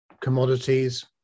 commodities